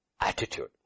attitude